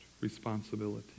responsibility